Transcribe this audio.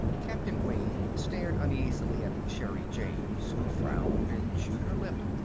captain wayne stared uneasily at sherri james, who frowned and chewed her lip.